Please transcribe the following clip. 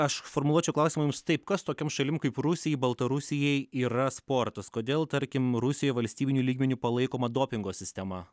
aš formuluočiau klausimą mums taip kas tokiom šalim kaip rusijai baltarusijai yra sportas kodėl tarkim rusijoj valstybiniu lygmeniu palaikoma dopingo sistema